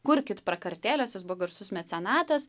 kurkit prakartėles jis buvo garsus mecenatas